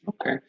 Okay